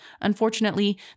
Unfortunately